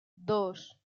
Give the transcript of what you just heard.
dos